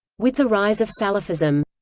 with the rise of salafism.